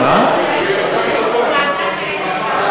ואני בהחלט מתכוונת להביא את זה